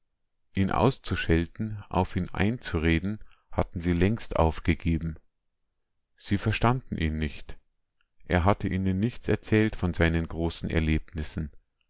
ihn auszuschelten auf ihn einzureden hatten sie längst aufgegeben sie verstanden ihn nicht er hatte ihnen nichts erzählt von seinen großen erlebnissen